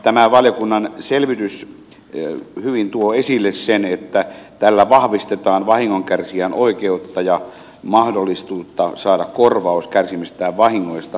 tämä valiokunnan selvitys hyvin tuo esille sen että tällä vahvistetaan vahingonkärsijän oikeutta ja mahdollisuutta saada korvaus kärsimistään vahingoista